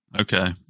Okay